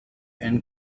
and